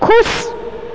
खुश